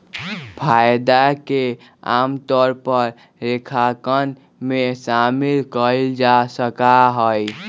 फायदा के आमतौर पर लेखांकन में शामिल कइल जा सका हई